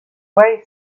way